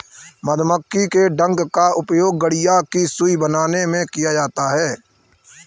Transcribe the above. मधुमक्खी के डंक का प्रयोग गठिया की सुई बनाने में किया जाता है